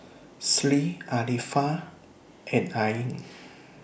Sri Arifa and Ain